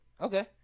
Okay